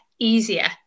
easier